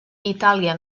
itàlia